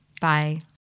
Bye